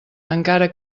encara